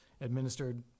administered